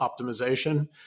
optimization